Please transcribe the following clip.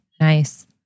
Nice